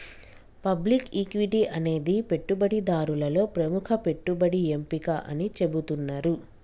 public equity అనేది పెట్టుబడిదారులలో ప్రముఖ పెట్టుబడి ఎంపిక అని చెబుతున్నరు